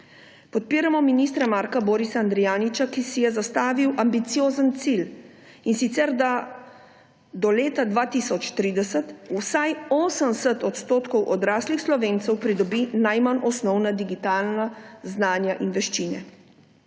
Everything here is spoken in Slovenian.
Podpiramo ministra Marka Borisa Andrijaniča, ki si je zastavil ambiciozen cilj, in sicer da do leta 2030 vsaj 80 % odraslih Slovencev pridobi najmanj osnovna digitalna znanja in veščine.